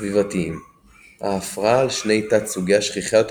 סביבתיים ההפרעה על שני תת-סוגיה שכיחה יותר